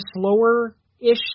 slower-ish